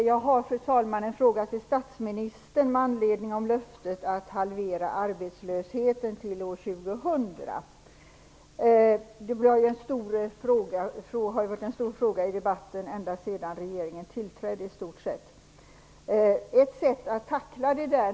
Fru talman! Jag har en fråga till statsministern med anledning av löftet om halvering av arbetslösheten till år 2000. Det har ju varit en stor fråga i debatten ända sedan regeringen tillträdde.